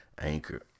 anchor